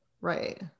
Right